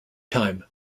time